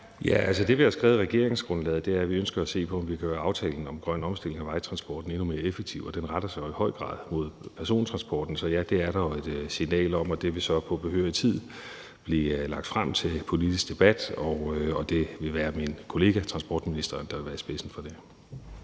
Aagaard): Det, vi har skrevet i regeringsgrundlaget, er, at vi ønsker at se på, om vi kan gøre aftalen om grøn omstilling og vejtransport endnu mere effektiv, og den retter sig jo i høj grad mod persontransporten. Så ja, det er der jo et signal om. Det vil så i behørig tid blive lagt frem til politisk debat, og det vil være min kollega transportministeren, der vil være i spidsen for det.